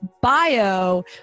bio